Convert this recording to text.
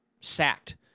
sacked